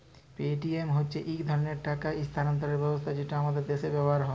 Paytm হছে ইক ধরলের টাকা ইস্থালাল্তরের ব্যবস্থা যেট আমাদের দ্যাশে ব্যাভার হ্যয়